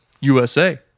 USA